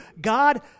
God